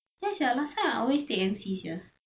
yes sia last time I always take M_C sia